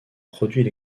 produits